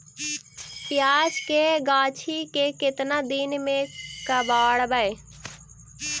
प्याज के गाछि के केतना दिन में कबाड़बै?